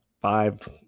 five